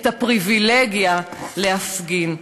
הפריבילגיה להפגין,